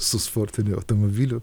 su sportiniu automobiliu